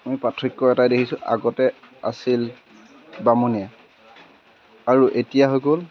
আমি পাৰ্থক্য এটাই দেখিছোঁ আগতে আছিল বামুণীয়া আৰু এতিয়া হৈ গ'ল